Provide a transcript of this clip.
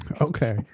Okay